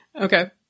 Okay